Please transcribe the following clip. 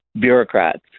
bureaucrats